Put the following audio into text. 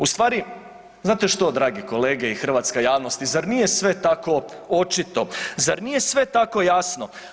U stvari, znate što dragi kolege i hrvatska javnost zar nije sve tako očito, zar nije sve tako jasno.